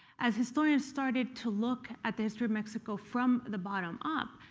as historians started to look at the history of mexico from the bottom up,